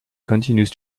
continues